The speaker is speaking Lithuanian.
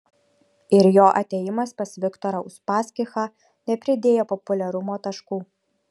ir jo atėjimas pas viktorą uspaskichą nepridėjo populiarumo taškų